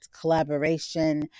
collaboration